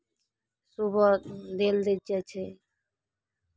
सुबह दिख जाइ छै